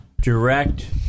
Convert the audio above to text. direct